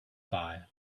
fired